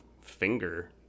finger